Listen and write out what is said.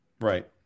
Right